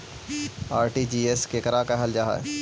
RTGS केकरा कहल जा है?